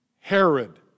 Herod